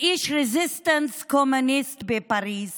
לאיש רזיסטנס קומוניסט בפריז